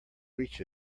reach